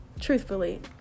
truthfully